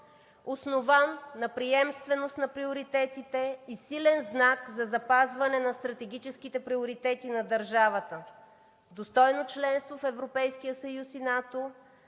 основан на приемственост на приоритетите и силен знак за запазване на стратегическите приоритети на държавата – достойно членство в Европейския съюз и НАТО,